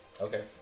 Okay